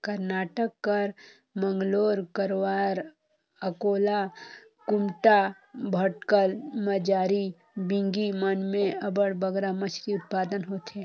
करनाटक कर मंगलोर, करवार, अकोला, कुमटा, भटकल, मजाली, बिंगी मन में अब्बड़ बगरा मछरी उत्पादन होथे